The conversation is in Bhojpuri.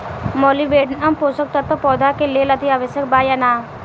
मॉलिबेडनम पोषक तत्व पौधा के लेल अतिआवश्यक बा या न?